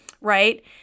right